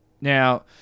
Now-